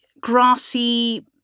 grassy